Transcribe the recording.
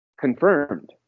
confirmed